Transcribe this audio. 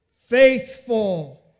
faithful